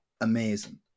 amazing